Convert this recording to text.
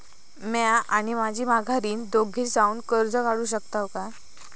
म्या आणि माझी माघारीन दोघे जावून कर्ज काढू शकताव काय?